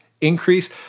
increase